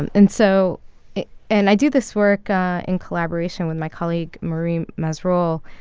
and and so and i do this work in collaboration with my colleague marie mazerolle.